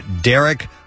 Derek